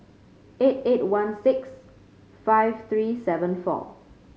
eight eight one six five three seven four